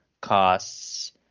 costs